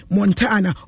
Montana